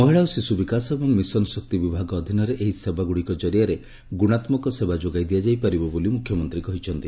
ମହିଳା ଓ ଶିଶୁବିକାଶ ଏବଂ ମିଶନ ଶକ୍ତି ବିଭାଗ ଅଧୀନରେ ଏହି ସେବାଗୁଡ଼ିକ ଜରିଆରେ ଗୁଣାମିକ ସେବା ଯୋଗାଇ ଦିଆଯାଇପାରିବ ବୋଲି ମୁଖ୍ୟମନ୍ତୀ କହିଛନ୍ତି